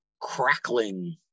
crackling